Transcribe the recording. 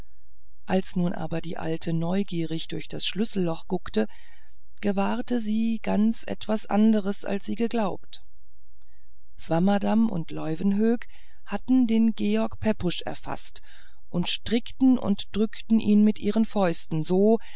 als nun aber die alte neugierig durch das schlüsselloch guckte gewahrte sie ganz etwas anderes als sie geglaubt swammerdamm und leuwenhoek hatten den george pepusch erfaßt und strichen und drückten ihn mit ihren fäusten so